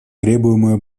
требуемое